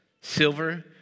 silver